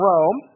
Rome